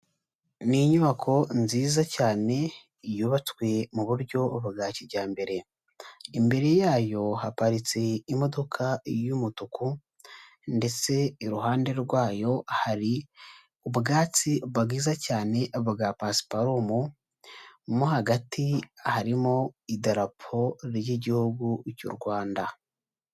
Ni inyubako nziza cyane yubatswe mu buryo bwa kijyambere, imbere yayo haparitse imodoka y'umutuku ndetse iruhande rwayo hari ubwatsi bwiza cyane bwa pasiparume mo hagati harimo idarapo ry'igihugu cy'u Rwanda.